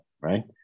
right